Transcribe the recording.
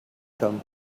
come